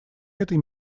этой